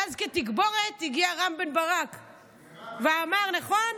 ואז כתגבורת הגיע רם בן ברק ואמר, מירב,